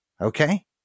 Okay